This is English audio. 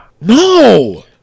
No